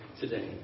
today